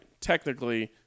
technically